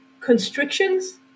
constrictions